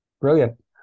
Brilliant